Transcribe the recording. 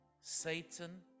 Satan